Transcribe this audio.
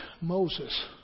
Moses